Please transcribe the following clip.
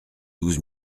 douze